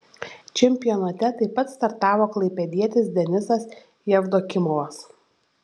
čempionate taip pat startavo klaipėdietis denisas jevdokimovas